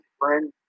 friends